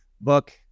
book